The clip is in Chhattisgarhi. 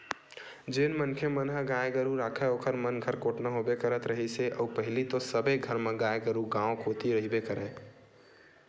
जेन मनखे मन ह गाय गरु राखय ओखर मन घर कोटना होबे करत रिहिस हे अउ पहिली तो सबे घर म गाय गरु गाँव कोती रहिबे करय